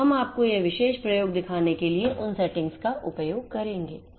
तो हम आपको यह विशेष प्रयोग दिखाने के लिए उन सेटिंग्स का उपयोग करेंगे